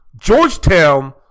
Georgetown